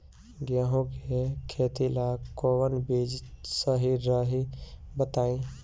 गेहूं के खेती ला कोवन बीज सही रही बताई?